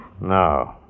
No